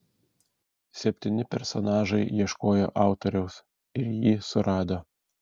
septyni personažai ieškojo autoriaus ir jį surado